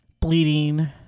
bleeding